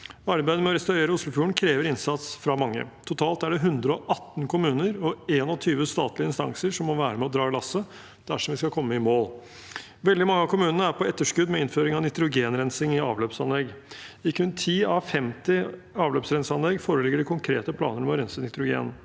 Arbeidet med å restaurere Oslofjorden krever innsats fra mange. Totalt er det 118 kommuner og 21 statlige instanser som må være med og dra lasset dersom vi skal komme i mål. Veldig mange av kommunene er på etterskudd med innføring av nitrogenrensing i avløpsanlegg. I kun 10 av 50 avløpsrenseanlegg foreligger det konkrete planer om å rense nitrogen.